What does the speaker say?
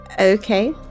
Okay